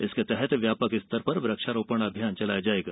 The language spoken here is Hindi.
इसके तहत व्यापक स्तर पर वृक्षारोपण अभियान चलाया जाएगा